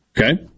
Okay